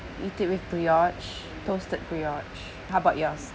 you eat it with brioche toasted brioche how about yours